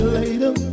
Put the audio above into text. later